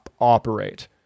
operate